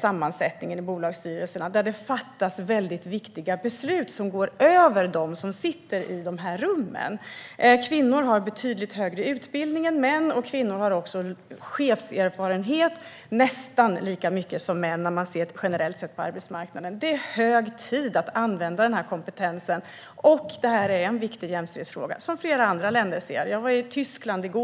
sammansättningen i bolagsstyrelserna, där det fattas väldigt viktiga beslut som går över dem som sitter i dessa rum. Kvinnor har betydligt högre utbildning än män och har också nästan lika stor chefserfarenhet som män, om man ser generellt på arbetsmarknaden. Det är hög tid att använda denna kompetens. Detta är en viktig jämställdhetsfråga, vilket även många andra länder ser. Exempelvis var jag i Tyskland i går.